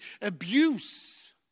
abuse